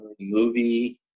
movie